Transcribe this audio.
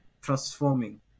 transforming